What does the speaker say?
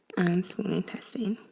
and small intestine.